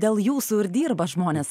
dėl jūsų ir dirba žmonės